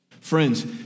Friends